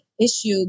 issue